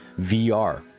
VR